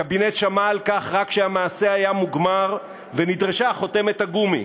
הקבינט שמע על כך רק כשהמעשה היה מוגמר ונדרשה חותמת הגומי.